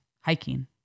hiking